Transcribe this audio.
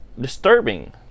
disturbing